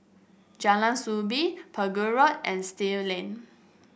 Jalan Soo Bee Pegu Road and Still Lane